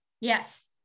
yes